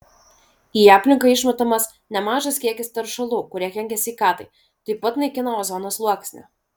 į aplinką išmetamas nemažas kiekis teršalų kurie kenkia sveikatai taip pat naikina ozono sluoksnį